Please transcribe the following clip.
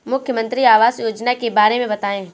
मुख्यमंत्री आवास योजना के बारे में बताए?